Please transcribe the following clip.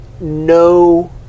no